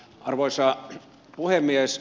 arvoisa puhemies